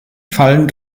fallen